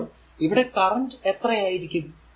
അപ്പോൾ ഇവിടെ കറന്റ് എത്ര ആയിരിക്കും